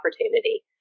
opportunity